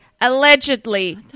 allegedly